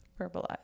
Verbalize